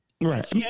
Right